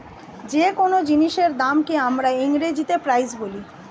যে কোন জিনিসের দামকে আমরা ইংরেজিতে প্রাইস বলি